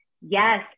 Yes